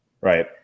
Right